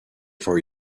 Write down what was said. for